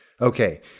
Okay